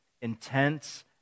intense